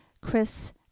Chris